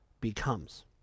becomes